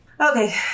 Okay